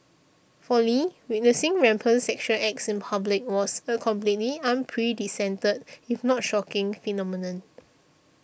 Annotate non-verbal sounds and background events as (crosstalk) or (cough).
for Lee witnessing rampant sexual acts in public was a completely (unintelligible) if not shocking phenomenon